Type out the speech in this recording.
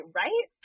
right